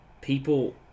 People